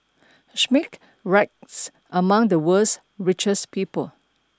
Schmidt ranks among the world's richest people